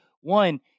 One